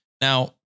Now